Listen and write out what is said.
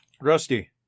Rusty